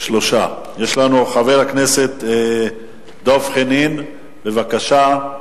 חבר הכנסת דב חנין, בבקשה.